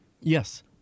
Yes